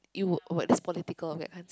you would okay it's political I can't